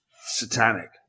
satanic